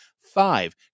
five